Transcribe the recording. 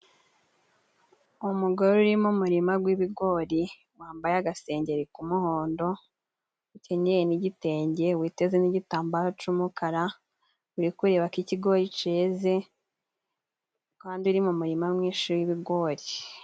Umugore uri mu murima gw'ibigori wambaye agasengeri k'umuhondo, ukenyeye n'igitenge ,witeze n'igitambara c'umukara, uri kureba ko ikigo ceze kandi uri mu murima mwinshi w'ibigori.